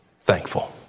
thankful